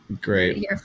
Great